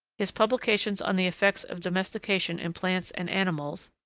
his publications on the effects of domestication in plants and animals,